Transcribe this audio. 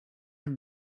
have